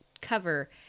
cover